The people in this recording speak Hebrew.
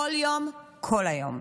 כל יום, כל היום,